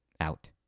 Out